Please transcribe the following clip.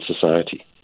society